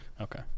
okay